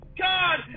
God